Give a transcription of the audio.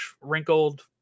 wrinkled